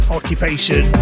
Occupation